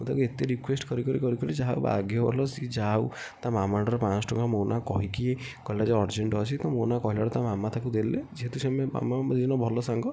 ମୁଁ ତାକୁ ଏତେ ରିକ୍ୱେଷ୍ଟ୍ କରି କରି କରି କରି ଭାଗ୍ୟ ଭଲ ସେ ଯା ହେଉ ତା ମାମାଙ୍କ ଠାରୁ ପାଞ୍ଚଶହ ଟଙ୍କା ମୋ ନାଁ କହିକି କହିଲା ଯେ ଅର୍ଜେଣ୍ଟ୍ ଅଛି ତ ମୋ ନାଁ କହିଲା ବେଳକୁ ତା ମାମା ତାକୁ ଦେଲେ ଯେହେତୁ ଭଲ ସାଙ୍ଗ